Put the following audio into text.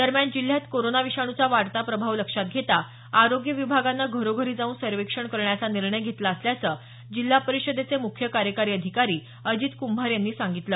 दरम्यान जिल्ह्यात कोरोना विषाणूचा वाढता प्रभाव लक्षात घेता आरोग्य विभागानं घरोघरी जाऊन सर्वेक्षण करण्याचा निर्णय घेतला असल्याचं जिल्हा परिषदेचे मुख्य कार्यकारी आधिकारी अजित कृंभार यांनी सांगितलं